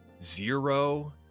zero